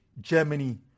Germany